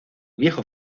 viejo